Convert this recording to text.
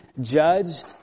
judged